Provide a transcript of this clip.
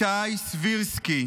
איתי סבירסקי,